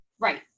Right